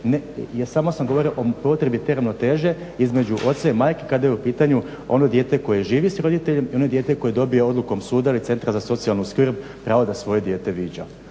Samo da govorio o potrebi te ravnoteže između oca i majke kada je u pitanju ono dijete koje živi s roditeljem i ono dijete koje dobije odlukom suda ili centra za socijalnu skrb pravo da svoje dijete viđa,